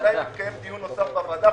השאלה אם יתקיים דיון נוסף בוועדה.